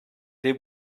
they